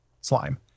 slime